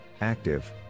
active